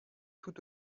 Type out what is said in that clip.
tout